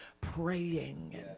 praying